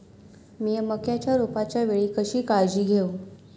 मीया मक्याच्या रोपाच्या वेळी कशी काळजी घेव?